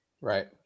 Right